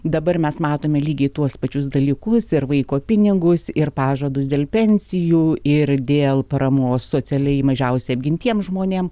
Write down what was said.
dabar mes matome lygiai tuos pačius dalykus ir vaiko pinigus ir pažadus dėl pensijų ir dėl paramos socialiai mažiausiai apgintiem žmonėm